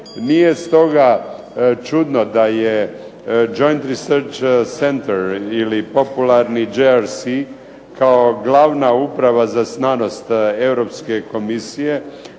Nije stoga čudno da je Jointed Research Center ili popularni JRC kao glavna uprava za znanost Europske komisije